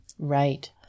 Right